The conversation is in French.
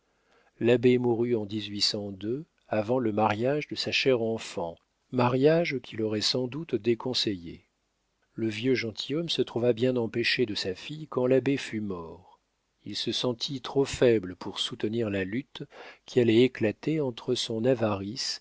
l'abbé mourut en avant le mariage de sa chère enfant mariage qu'il aurait sans doute déconseillé le vieux gentilhomme se trouva bien empêché de sa fille quand l'abbé fut mort il se sentit trop faible pour soutenir la lutte qui allait éclater entre son avarice